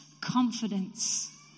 confidence